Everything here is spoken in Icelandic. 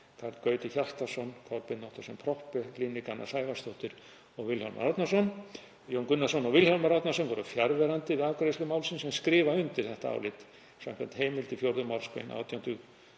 Karl Gauti Hjaltason, Kolbeinn Óttarsson Proppé, Líneik Anna Sævarsdóttir og Vilhjálmur Árnason. Jón Gunnarsson og Vilhjálmur Árnason voru fjarverandi við afgreiðslu málsins en skrifa undir þetta álit samkvæmt heimild í 4. mgr. 18.